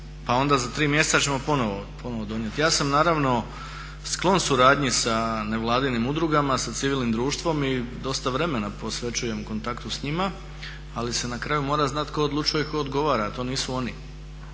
pa onda za tri mjeseca ćemo ponovo donijeti. Ja sam naravno sklon suradnji sa nevladinim udrugama, sa civilnim društvom i dosta vremena posvećujem kontaktu s njima, ali se na kraju mora znati tko odlučuje i tko odgovara, a to nisu oni.